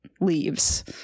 leaves